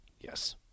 Yes